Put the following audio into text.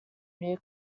new